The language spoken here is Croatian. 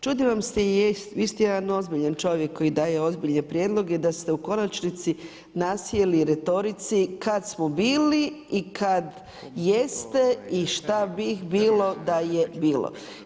Čudim vam se i jest, vi ste jedan ozbiljan čovjek koji daje ozbiljne prijedloge, da ste u konačnici nasjeli retorici kad smo bili i kad jeste i šta bi bilo da je bilo.